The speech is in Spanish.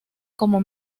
como